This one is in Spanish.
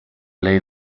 ley